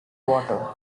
water